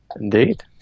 Indeed